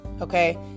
Okay